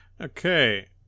Okay